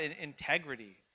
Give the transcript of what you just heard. integrity